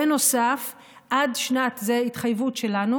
בנוסף ההתחייבות שלנו